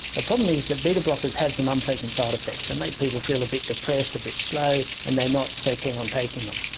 the problem is that beta blockers have some unpleasant side effects, they make people feel a bit depressed, a bit slow, and they are not so keen on taking them.